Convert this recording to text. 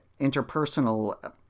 interpersonal